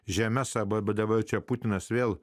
žemes arba badavau čia putinas vėl